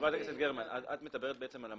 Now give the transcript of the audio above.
חברת הכנסת גרמן, את מדברת בעצם על המהות,